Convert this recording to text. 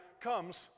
comes